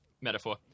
metaphor